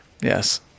yes